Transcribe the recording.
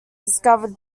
discovered